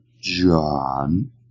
John